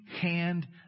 hand